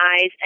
eyes